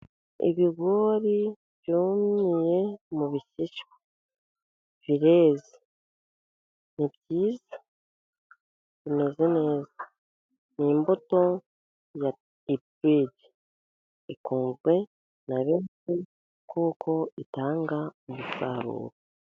Ibigori byumiye mu bishishwa , Bireze. Ni byiza. Bimeze neza. NI imbuto ya iburide. Ikunzwe na benshi, kuko itanga umusaruro.